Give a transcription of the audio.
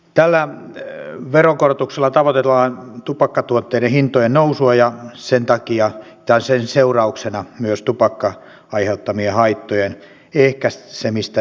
tällä veronkorotuksella tavoitellaan tupakkatuotteiden hintojen nousua ja sen seurauksena myös tupakan aiheuttamien haittojen ehkäisemistä